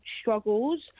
struggles